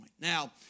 Now